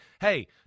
hey